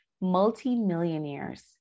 Multi-millionaires